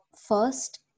first